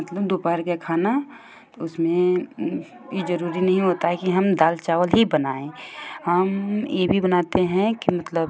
मतलब दोपहर का खाना उसमें ई जरूरी नहीं होता है कि हम दाल चावल ही बनायें हम ई भी बनातें हैं कि मतलब